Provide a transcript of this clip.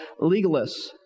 legalists